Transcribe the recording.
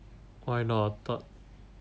why not I thought